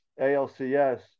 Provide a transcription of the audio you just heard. ALCS